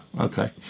okay